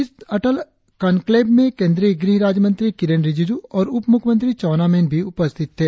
इस अटल कनक्लेव में केंद्रीय गृहराज्य मंत्री किरेन रिजिजू और उप मुख्यमंत्री चाउना मैन भी उपस्थित थे